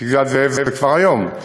בפסגת-זאב זה כבר היום,